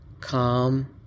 calm